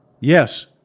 Yes